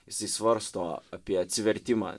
jisai svarsto apie atsivertimą